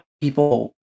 people